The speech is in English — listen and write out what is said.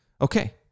Okay